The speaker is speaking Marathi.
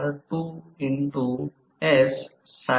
तर जेव्हा हे टॉर्क 0 आहे तेव्हा या ठिकाणी आहे